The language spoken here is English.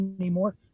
anymore